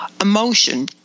emotion